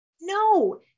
No